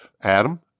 Adam